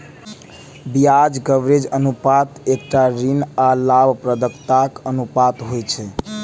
ब्याज कवरेज अनुपात एकटा ऋण आ लाभप्रदताक अनुपात होइ छै